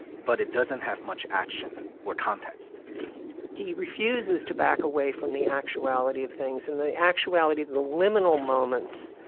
but it doesn't have much action or context he refuses to back away from the actuality of things and the actuality, the liminal moments,